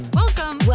welcome